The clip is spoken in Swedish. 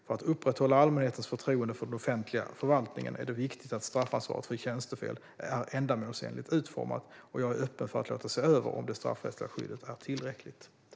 För att upprätthålla allmänhetens förtroende för den offentliga förvaltningen är det viktigt att straffansvaret för tjänstefel är ändamålsenligt utformat. Jag är öppen för att låta se över om det straffrättsliga skyddet är tillräckligt.